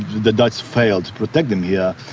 the dutch failed to protect them here.